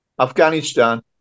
Afghanistan